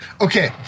Okay